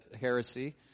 heresy